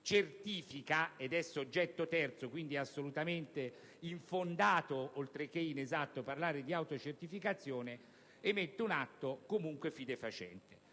certifica ed è soggetto terzo - è quindi assolutamente infondato oltre che inesatto parlare di autocertificazione - emette un atto fidefacente.